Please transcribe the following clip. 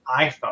iPhone